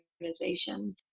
organization